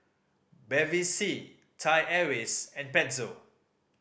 Bevy C Thai Airways and Pezzo